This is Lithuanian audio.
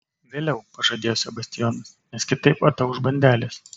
vėliau pažadėjo sebastijonas nes kitaip atauš bandelės